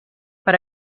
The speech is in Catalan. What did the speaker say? per